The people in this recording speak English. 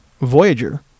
Voyager